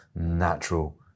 natural